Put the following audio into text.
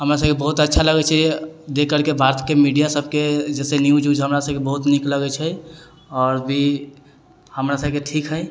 हमरासभके बहुत अच्छा लगैत छै देख करके मीडियासभके जैसे न्यूज व्यूज हमरासभके बहुत नीक लगैत छै आओर भी हमरासभके ठीक हइ